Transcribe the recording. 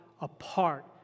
apart